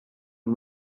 and